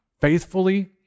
faithfully